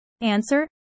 Answer